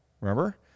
remember